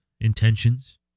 intentions